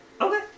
Okay